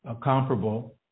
comparable